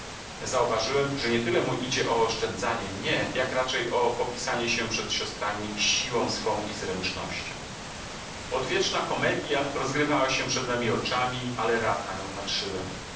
zauważyłem że nie tyle mu idzie o oszczędzanie mnie jak raczej o popisanie się przed siostrami siłą swą i zręcznością odwieczna komedja rozgrywała się przed memi oczyma ale rad na nią patrzyłem